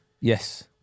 Yes